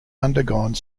undergone